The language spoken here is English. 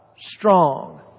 strong